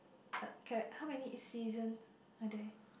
uh K how many season are there